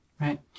Right